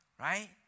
right